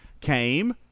came